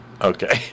Okay